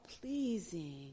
pleasing